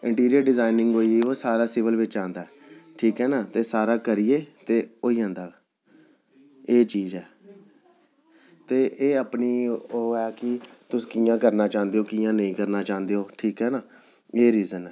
interior designing होई ओह् सारा सिविल बिच आंदा ठीक ऐ ना ते सारा करियै ते होई जंदा एह् चीज़ ऐ ते एह् अपनी ओह् ऐ कि तुस कि'यां करना चाहंदे ओ कि'यां नेईं करना चाहंदे ओ ठीक ऐ ना एह् रीजन ऐ